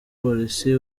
polisi